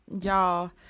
Y'all